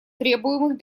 требуемых